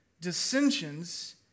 dissensions